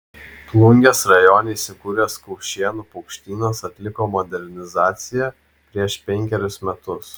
plungės rajone įsikūręs kaušėnų paukštynas atliko modernizaciją prieš penkerius metus